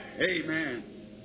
Amen